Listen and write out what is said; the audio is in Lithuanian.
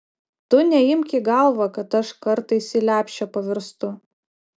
tu neimk į galvą kad aš kartais į lepšę pavirstu